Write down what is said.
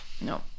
No